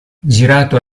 girato